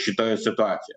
šitoj situacijoj